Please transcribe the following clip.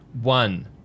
One